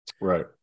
Right